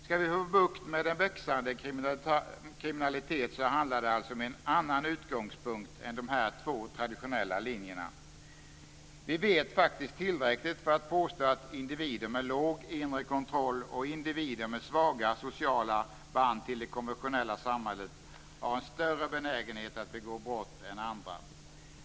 Skall vi få bukt med en växande kriminalitet handlar det alltså om en annan utgångspunkt än dessa två traditionella linjer. Vi vet faktiskt tillräckligt för att påstå att individer med låg inre kontroll och individer med svaga sociala band till det konventionella samhället har en större benägenhet att begå brott än andra.